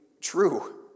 true